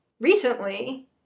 recently